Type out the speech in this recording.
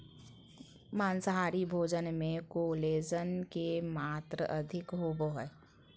माँसाहारी भोजन मे कोलेजन के मात्र अधिक होवो हय